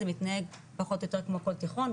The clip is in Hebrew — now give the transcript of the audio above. זה מתנה פחות או יותר כמו כל תיכון,